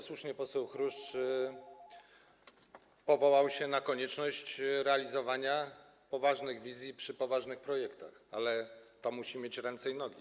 Słusznie poseł Chruszcz powołał się na konieczność realizowania poważnych wizji w przypadku poważnych projektach, ale to musi mieć ręce i nogi.